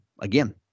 again